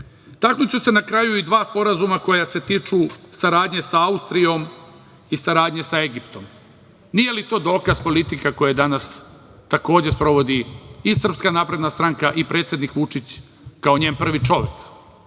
Srpskoj? Taknuću se na kraju i dva sporazuma koja se tiču saradnje sa Austrijom i saradnje sa Egiptom. Nije li to dokaz politika koje danas takođe sprovodi i SNS i predsednik Vučić kao njen prvi čovek?